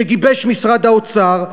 שגיבש משרד האוצר,